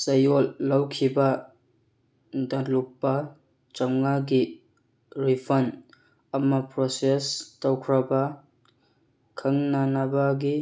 ꯆꯌꯣꯜ ꯂꯣꯏꯈꯤꯕꯗ ꯂꯨꯄꯥ ꯆꯃꯉꯥꯒꯤ ꯔꯤꯐꯟ ꯑꯃ ꯄ꯭ꯔꯣꯁꯦꯁ ꯇꯧꯈ꯭ꯔꯕ꯭ꯔꯥ ꯈꯪꯅꯅꯕꯒꯤ